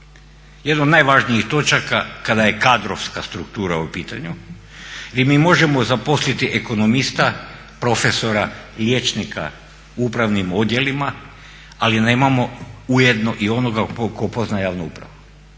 Jedna od najvažnijih točaka kada je kadrovska struktura u pitanju gdje mi možemo zaposliti ekonomista, profesora, liječnika u upravnim odjelima ali nemamo ujedno i onoga tko poznaje javnu upravu.